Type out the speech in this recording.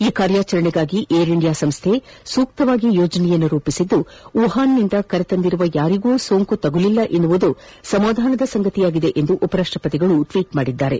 ಈ ಕಾರ್ಯಾಚರಣೆಗಾಗಿ ಏರ್ಇಂಡಿಯಾ ಸಂಸ್ಥೆ ಸೂಕ್ತವಾಗಿ ಯೋಜನೆಯನ್ನು ರೂಪಿಸಿದ್ದು ವುಹಾನ್ನಿಂದ ಕರೆತಂದಿರುವ ಯಾರಿಗೂ ಸೋಂಕು ತಗುಲಿಲ್ಲ ಎನ್ನುವುದು ಸಮಾಧಾನದ ಸಂಗತಿಯಾಗಿದೆ ಎಂದು ಉಪರಾಷ್ಟ ಪತಿ ಟ್ವೀಟ್ ಮಾಡಿದ್ದಾರೆ